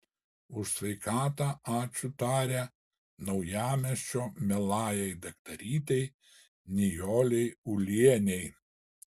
už sveikatą ačiū taria naujamiesčio mielajai daktarytei nijolei ulienei